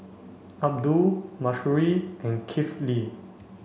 Abdul Mahsuri and Kifli